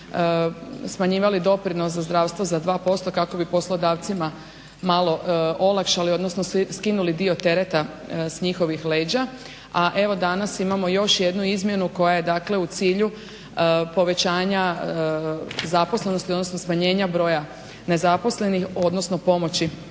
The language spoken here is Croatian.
smanjivali za zdravstvo za 2% kako bi poslodavcima malo olakšali odnosno skinuli dio tereta s njihovih leđa, a evo danas imamo još jednu izmjenu koja je u cilju povećanja zaposlenosti odnosno smanjenja broja nezaposlenih odnosno pomoći